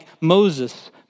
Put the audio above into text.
Moses